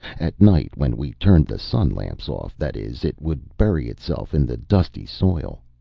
at night when we turned the sun lamps off, that is it would bury itself in the dusty soil.